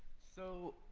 so.